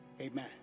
Amen